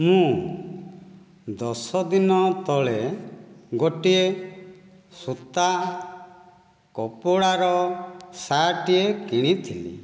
ମୁଁ ଦଶଦିନ ତଳେ ଗୋଟିଏ ସୂତା କପଡ଼ାର ସାର୍ଟ ଟିଏ କିଣିଥିଲି